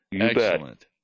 excellent